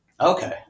Okay